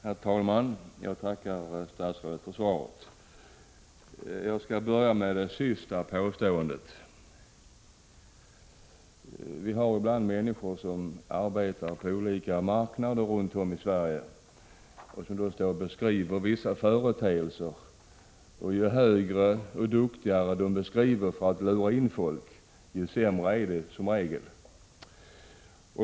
Herr talman! Jag tackar statsrådet för svaret. Jag skall börja med det sista påståendet. Vi har människor som arbetar på olika marknader runt om i Sverige och som beskriver vissa företeelser. Ju duktigare de är att beskriva för att lura in folk, desto sämre är det som regel.